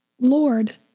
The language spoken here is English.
Lord